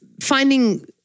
finding